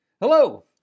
Hello